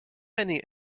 many